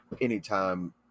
anytime